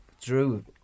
drew